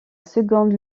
seconde